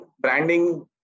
branding